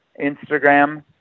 instagram